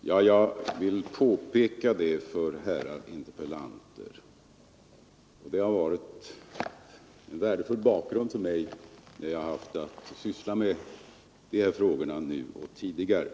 Det har varit en värdefull bakgrund för mig när jag har haft att syssla med dessa frågor, nu och tidigare.